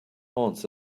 haunts